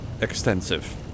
extensive